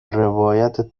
روایت